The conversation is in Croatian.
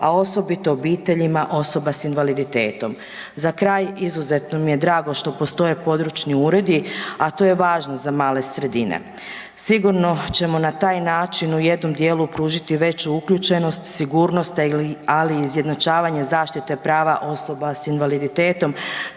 a osobito obiteljima osoba s invaliditetom. Za kraj, izuzetno mi je drago što postoje područni uredi, a to je važno za male sredine. Sigurno ćemo na taj način u jednom dijelu pružiti veću uključenost, sigurnost, ali i izjednačavanje zaštite prava osoba s invaliditetom